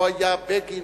פה היה בגין,